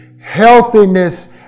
healthiness